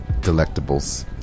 delectables